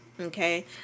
okay